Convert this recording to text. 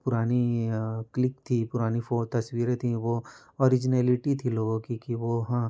पुरानी क्लिक थी पुरानी फ़ो तस्वीरें थी वो ओरिजनलीटी थी लोगों की कि वो हाँ